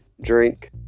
drink